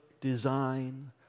design